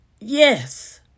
Yes